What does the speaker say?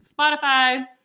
Spotify